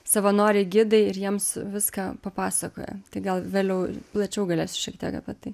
savanoriai gidai ir jiems viską papasakoja tai gal vėliau plačiau galėsiu šiek tiek apie tai